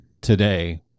today